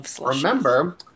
remember